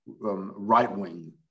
right-wing